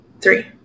three